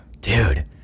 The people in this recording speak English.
Dude